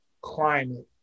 climate